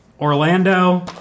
Orlando